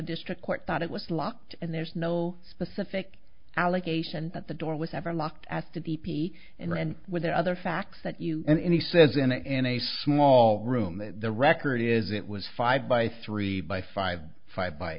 district court thought it was locked and there's no specific allegation that the door was ever locked as to b p and with the other facts that you and he says in an a small room the record is it was five by three by five five by